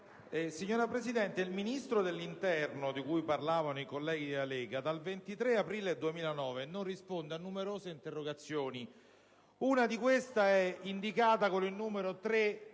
Signora Presidente, il Ministro dell'interno, di cui cui parlavano i colleghi della Lega Nord, dal 20 aprile 2009 non risponde a numerose interrogazioni. Una di queste è indicata con il numero